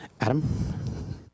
Adam